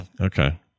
Okay